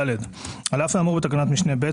(ד) על אף האמור בתקנת משנה (ב),